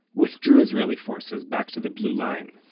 withdrew israeli forces back to the blue line